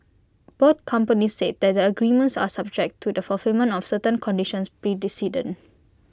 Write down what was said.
both companies said that the agreements are subject to the fulfilment of certain conditions precedent